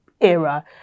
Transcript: era